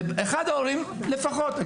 אחד ההורים לפחות.